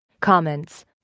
comments